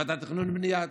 ועדת תכנון ובנייה.